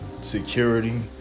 security